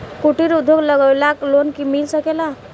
कुटिर उद्योग लगवेला लोन मिल सकेला?